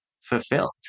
fulfilled